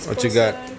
what you got